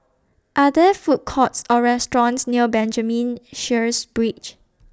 Are There Food Courts Or restaurants near Benjamin Sheares Bridge